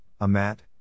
AMAT